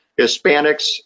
Hispanics